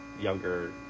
younger